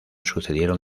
sucedieron